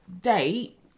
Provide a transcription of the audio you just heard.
date